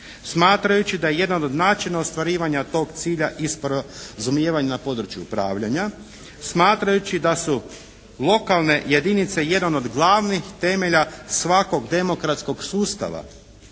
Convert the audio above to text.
smatrajući da je jedan od načina ostvarivanja tog cilja i sporazumijevanja ne području upravljanja. Smatrajući da su lokalne jedinice jedan od glavnih temelja svakog demokratskog sustava.